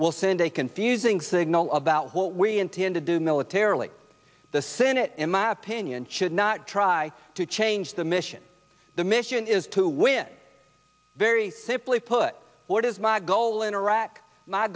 will send a confusing signal about what we intend to do militarily the senate in my opinion should not try to change the mission the mission is to win very simply put it is not goal in iraq my